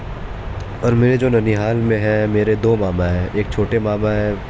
اور میرے جو ننھیال میں ہیں میرے دو ماما ہیں ایک چھوٹے ماما ہیں